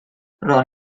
roeddwn